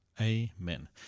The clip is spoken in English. amen